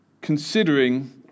considering